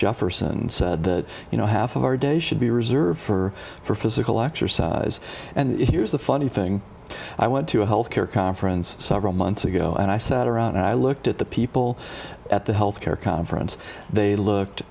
jefferson said you know half of our day should be reserved for for physical exercise and here's the funny thing i went to a health care conference several months ago and i sat around and i looked at the people at the health care conference they looked